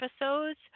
episodes